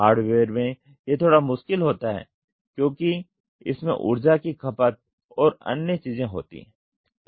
hardware में यह थोड़ा मुश्किल होता है क्योंकि इसमें ऊर्जा की खपत और अन्य चीजें होती हैं